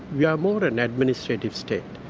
we are more an administrative state,